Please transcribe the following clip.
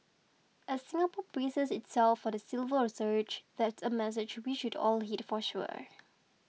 as Singapore braces itself for the silver surge that's a message we should all heed for sure